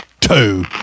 two